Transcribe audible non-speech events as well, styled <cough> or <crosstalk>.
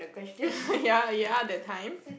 <laughs> ya ya that time